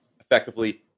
effectively